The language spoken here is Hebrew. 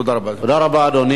תודה רבה, אדוני.